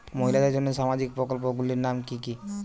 মহিলাদের জন্য সামাজিক প্রকল্প গুলির নাম কি কি?